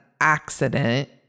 accident